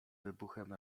wybuchem